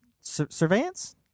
Surveillance